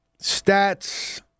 stats